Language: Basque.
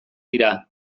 dira